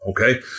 okay